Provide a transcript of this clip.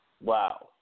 Wow